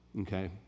Okay